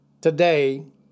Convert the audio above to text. today